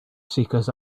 seekers